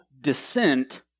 descent